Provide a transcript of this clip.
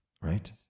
right